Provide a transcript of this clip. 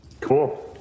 Cool